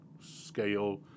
scale